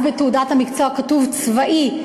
בתעודת המקצוע כתוב "צבאי",